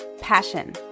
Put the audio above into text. passion